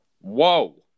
whoa